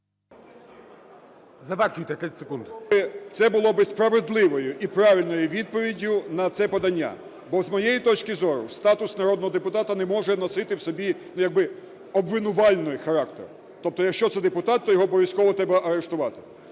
Це було би справедливою і правильною відповіддю на це подання. Бо, з моєї точки зору, статус народного депутата не може носити в собі як би обвинувальний характер, тобто якщо це депутат, то його обов'язково треба арештувати.